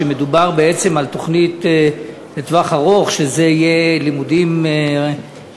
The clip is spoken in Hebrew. אם מדובר על תוכנית לטווח ארוך של לימודים רשמיים,